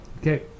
Okay